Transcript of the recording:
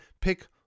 pick